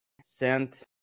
sent